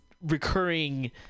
recurring